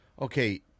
Okay